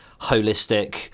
holistic